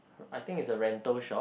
I think is a rental shop